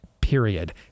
period